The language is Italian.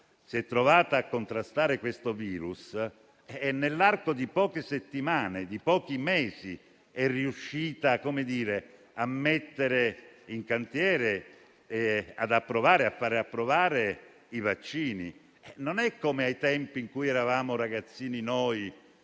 si è trovata a contrastare tale virus e, nell'arco di poche settimane, di pochi mesi, è riuscita a mettere in cantiere e a far approvare i vaccini. Non è come ai tempi in cui eravamo ragazzini noi,